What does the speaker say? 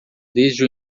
desde